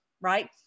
right